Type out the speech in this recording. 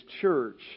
church